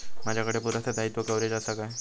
माजाकडे पुरासा दाईत्वा कव्हारेज असा काय?